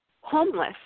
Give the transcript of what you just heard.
homeless